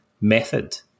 method